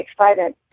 excited